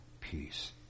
peace